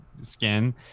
skin